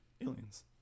aliens